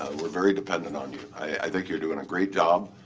we're very dependent on you. i think you're doing a great job,